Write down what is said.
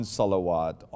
salawat